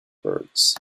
birds